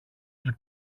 του